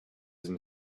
and